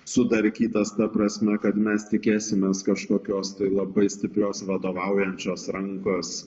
sudarkytas ta prasme kad mes tikėsimės kažkokios tai labai stiprios vadovaujančios rankos